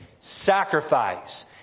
sacrifice